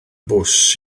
bws